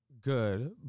good